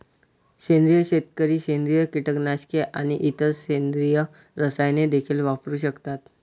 सेंद्रिय शेतकरी सेंद्रिय कीटकनाशके आणि इतर सेंद्रिय रसायने देखील वापरू शकतात